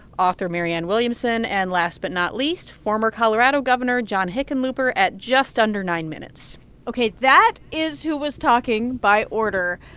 author marianne williamson and, last but not least, former colorado governor john hickenlooper at just under nine minutes ok. that is who was talking by order.